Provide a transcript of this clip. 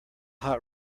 hot